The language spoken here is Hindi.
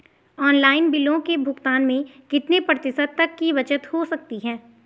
ऑनलाइन बिलों के भुगतान में कितने प्रतिशत तक की बचत हो सकती है?